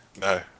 No